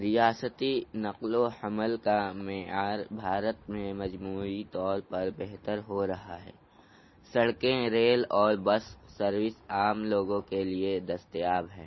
ریاستی نقل و حمل کا معیار بھارت میں مجموعی طور پر بہتر ہو رہا ہے سڑکیں ریل اور بس سروس عام لوگوں کے لیے دستیاب ہیں